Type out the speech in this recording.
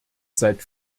seit